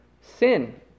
sin